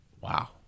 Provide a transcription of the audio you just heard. Wow